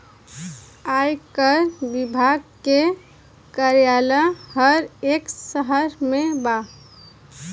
आयकर विभाग के कार्यालय हर एक शहर में बा